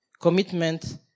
Commitment